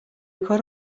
کار